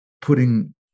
putting